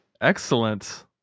Excellent